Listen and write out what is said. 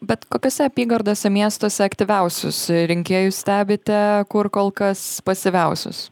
bet kokiose apygardose miestuose aktyviausius rinkėjus stebite kur kol kas pasyviausius